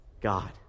God